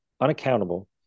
unaccountable